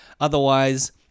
Otherwise